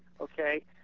okay